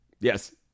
Yes